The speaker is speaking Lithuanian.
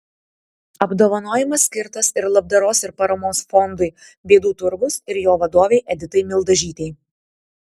apdovanojimas skirtas ir labdaros ir paramos fondui bėdų turgus ir jo vadovei editai mildažytei